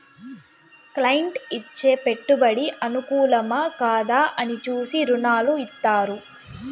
client ఇచ్చే పెట్టుబడి అనుకూలమా, కాదా అని చూసి రుణాలు ఇత్తారు